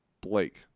Blake